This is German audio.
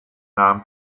nahm